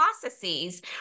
processes